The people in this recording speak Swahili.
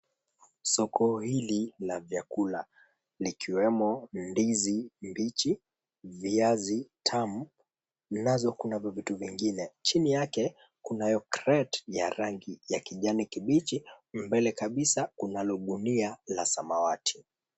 Soko hili la vyakula vikiwemo ndizi mbichi viazi tamu nazo kuna vitu vingine. Chini yake kuna kret ya rangi ya kijani kibichi. Mbele kabisa kunalo gunia la samawati.